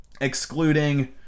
Excluding